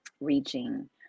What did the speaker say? reaching